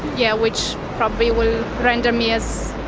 yeah which probably will render me as